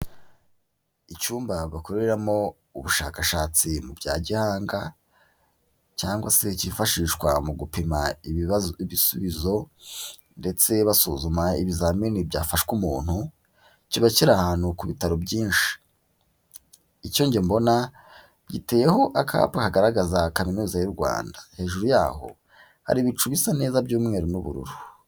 Icyumba bakoreramo ubushakashatsi mu bya gihanga cyangwa se cyifashishwa mu gupima ibisubizo ndetse basuzuma ibizamini byafasha umuntu, kiba kiri ahantu ku bitaro byinshi, icyo njye mbona giteyeho akapa kagaragaza kaminuza y'u Rwanda, hejuru y'aho hari ibicu bisa neza by'umweru n'ubururu.